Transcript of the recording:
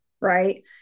right